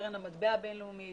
קרן המטבע הבין-לאומית,